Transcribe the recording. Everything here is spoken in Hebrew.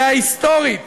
"וההיסטורית